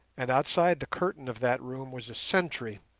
and outside the curtain of that room was a sentry,